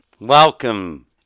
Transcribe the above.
Welcome